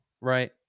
right